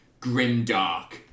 grimdark